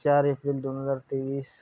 चार एप्रिल दोन हजार तेवीस